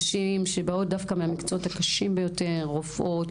נשים שבאות דווקא מהמקצועות הקשים ביותר - רופאות,